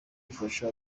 ifasha